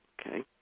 Okay